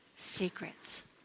secrets